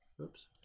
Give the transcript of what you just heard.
Oops